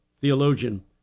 theologian